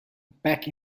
back